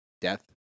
death